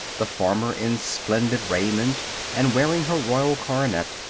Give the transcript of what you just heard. the former in splendid raiment and wearing her royal coronet,